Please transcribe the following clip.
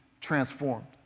transformed